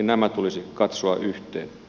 nämä tulisi katsoa yhteen